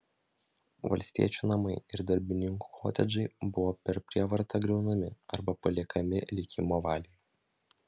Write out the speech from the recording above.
valstiečių namai ir darbininkų kotedžai buvo per prievartą griaunami arba paliekami likimo valiai